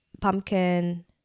pumpkin